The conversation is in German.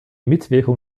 mitwirkung